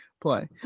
play